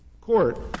court